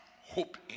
hope